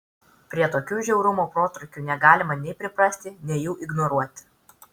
prie tokių žiaurumo protrūkių negalima nei priprasti nei jų ignoruoti